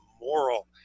moral